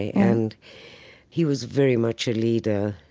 and he was very much a leader.